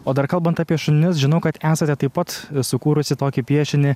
o dar kalbant apie šunis žinau kad esate taip pat sukūrusi tokį piešinį